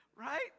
right